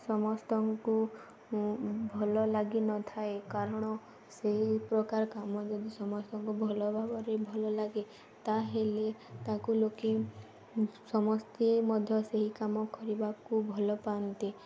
ସମସ୍ତଙ୍କୁ ଭଲ ଲାଗିନଥାଏ କାରଣ ସେହି ପ୍ରକାର କାମ ଯଦି ସମସ୍ତଙ୍କୁ ଭଲ ଭାବରେ ଭଲ ଲାଗେ ତାହେଲେ ତାକୁ ଲୋକେ ସମସ୍ତେ ମଧ୍ୟ ସେହି କାମ କରିବାକୁ ଭଲ ପାଆନ୍ତି